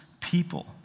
people